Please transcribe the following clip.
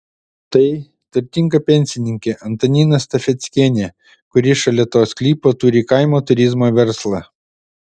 tai turtinga pensininkė antanina stafeckienė kuri šalia to sklypo turi kaimo turizmo verslą